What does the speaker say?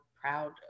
proud